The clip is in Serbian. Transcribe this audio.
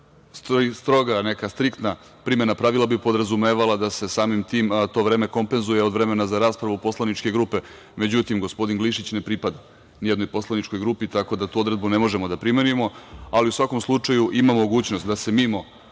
stroga, striktna primena pravila bi podrazumevala da se, samim tim, to vreme kompenzuje od vremena za raspravu poslaničke grupe. Međutim, gospodin Glišić ne pripada nijednoj poslaničkoj grupi, tako da tu odredbu ne možemo da primenimo, ali u svakom slučaju ima mogućnost da se, mimo